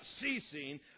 ceasing